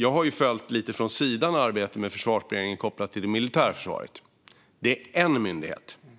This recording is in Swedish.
Jag har lite från sidan följt arbetet med Försvarsberedningen kopplat till det militära försvaret. Det är en myndighet, och